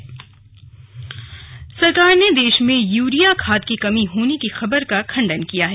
slug urea खाद सरकार ने देश में यूरिया खाद की कमी होने की खबर का खंडन किया है